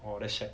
oh that's shag